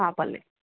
हा भले